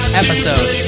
episode